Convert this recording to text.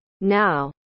Now